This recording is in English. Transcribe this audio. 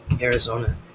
Arizona